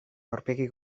aurpegi